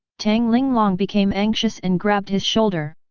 tang linglong became anxious and grabbed his shoulder.